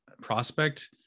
prospect